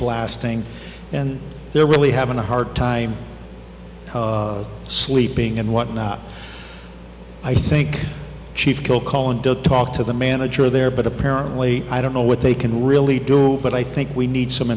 blasting and they're really having a hard time sleeping and what not i think chief kilcullen talked to the manager there but apparently i don't know what they can really do but i think we need some